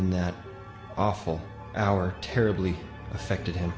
in that awful hour terribly affected him